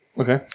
Okay